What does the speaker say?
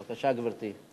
בבקשה, גברתי.